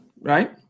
right